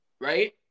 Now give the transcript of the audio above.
right